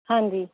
ਹਾਂਜੀ